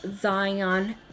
zion